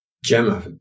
Gemma